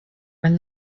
when